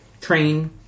train